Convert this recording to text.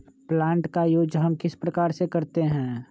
Plant का use हम किस प्रकार से करते हैं?